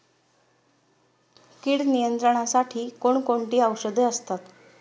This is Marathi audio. कीड नियंत्रणासाठी कोण कोणती औषधे असतात?